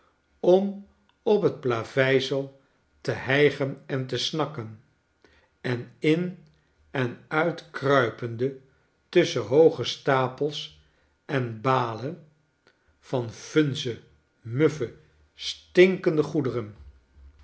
om op het plaveisel te hijgen en te snakken en in en uitkruipende tusschen hooge stapels en balen van vunze rauffe stikkende goederen